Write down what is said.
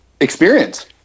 experience